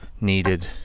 needed